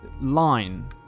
line